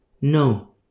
No